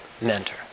mentor